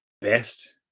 best